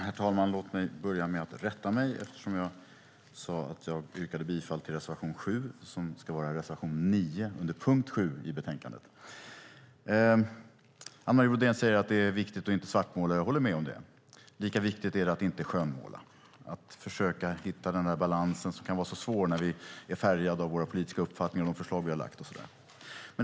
Herr talman! Låt mig börja med att rätta mig. Jag sade att jag yrkade bifall till reservation 7, men det ska vara reservation 9 under punkt 7. Anne Marie Brodén säger att det är viktigt att inte svartmåla. Jag håller med om det. Lika viktigt är det att inte skönmåla. Man måste försöka hitta den där balansen som är så svår att finna när vi är färgade av våra politiska uppfattningar och av de förslag vi har lagt fram och så vidare.